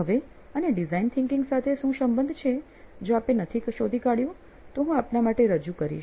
હવે આને design thinking સાથે શું સંબંધ છે જો આપે નથી શોધી કાઢ્યું તો હું તે આપના માટે રજૂ કરીશ